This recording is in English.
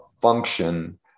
function